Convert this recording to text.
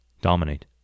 dominate